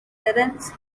terence